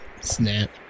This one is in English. Snap